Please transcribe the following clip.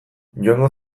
joango